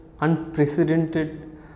unprecedented